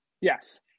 Yes